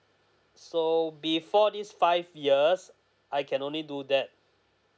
so before this five years I can only do that